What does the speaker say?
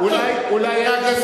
אין אשמים, מה לעשות?